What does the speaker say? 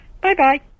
Bye-bye